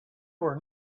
were